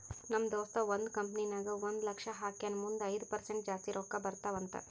ನಮ್ ದೋಸ್ತ ಒಂದ್ ಕಂಪನಿ ನಾಗ್ ಒಂದ್ ಲಕ್ಷ ಹಾಕ್ಯಾನ್ ಮುಂದ್ ಐಯ್ದ ಪರ್ಸೆಂಟ್ ಜಾಸ್ತಿ ರೊಕ್ಕಾ ಬರ್ತಾವ ಅಂತ್